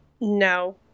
No